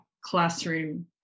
classroom